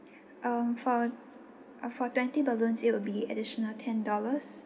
um for uh for twenty balloons it will be additional ten dollars